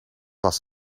was